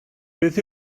beth